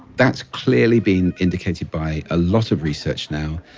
that's clearly been indicated by a lot of research now,